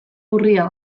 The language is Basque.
urria